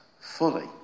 fully